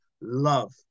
love